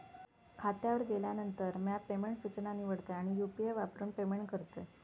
खात्यावर गेल्यानंतर, म्या पेमेंट सूचना निवडतय आणि यू.पी.आई वापरून पेमेंट करतय